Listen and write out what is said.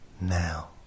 now